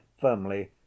firmly